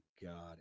god